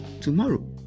tomorrow